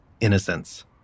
innocence